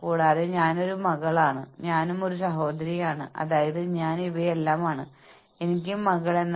market സർവേകളിൽ നിന്ന് ലഭിച്ച വേതനത്തിന്റെയും ശമ്പളത്തിന്റെയും ഡാറ്റ നിർണായകമല്ല